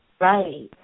right